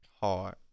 hard